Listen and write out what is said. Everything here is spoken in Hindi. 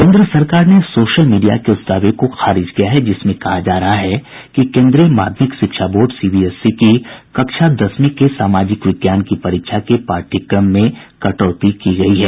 केन्द्र सरकार ने सोशल मीडिया के उस दावे को खारिज किया है कि जिसमें कहा जा रहा है कि केन्द्रीय माध्यमिक शिक्षा बोर्ड सीबीएसई की कक्षा दसवीं के सामाजिक विज्ञान की परीक्षा के पाठ्यक्रम में कटौती की गई है